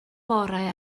bore